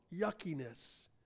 yuckiness